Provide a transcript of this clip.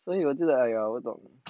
所以有时候 like 我等